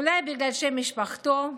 אולי בגלל שם משפחתו,